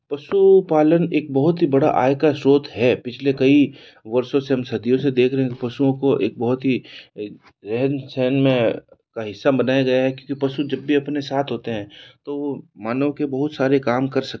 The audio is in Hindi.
पशु पालन एक बहुत ही बड़ा आय का स्रोत है पिछले कई वर्षों से हम सदियों से देख रहे हैं पशुओं को एक बहुत ही रहन सहन में का हिस्सा बनाया गया है क्योंकि पशु जब भी अपने साथ होते हैं तो वह मानव के बहुत सारे काम कर सकते हैं